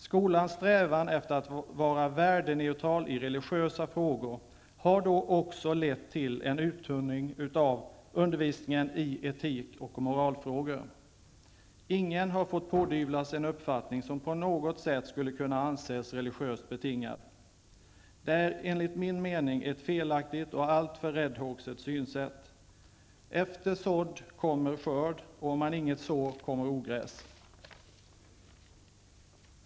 Skolans strävan efter att vara värdeneutral i religiösa frågor har också lett till en uttunning av undervisningen i etik och moralfrågor. Ingen har fått pådyvlas en uppfattning som på något sätt skulle kunna anses som religiöst betingad. Detta är enligt min mening ett felaktigt och alltför räddhågset synsätt. Efter sådd kommer skörd, och om man inget sår kommer ogräs.